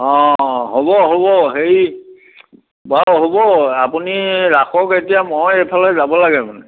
অ হ'ব হ'ব হেৰি বাৰু হ'ব আপুনি ৰাখক এতিয়া মই এফালে যাব লাগে মানে